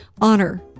honor